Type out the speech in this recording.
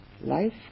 life